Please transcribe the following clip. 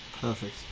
perfect